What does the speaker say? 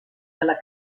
della